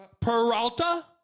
Peralta